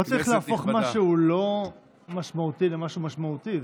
לא צריך להפוך משהו לא משמעותי למשהו משמעותי.